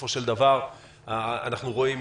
בסופו של דבר אנחנו רואים,